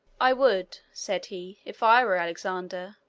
i would, said he, if i were alexander.